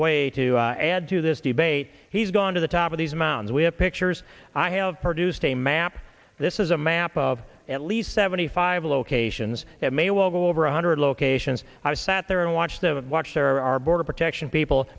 way to add to this debate he's gone to the top of these mountains we have pictures i have produced a map this is a map of at least seventy five locations that may well go over one hundred locations i sat there and watched the watch there are border protection people